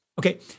Okay